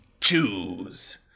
choose